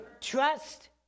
trust